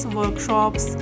workshops